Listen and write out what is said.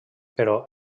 però